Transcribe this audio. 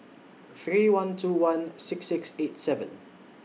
three one two one six six eight seven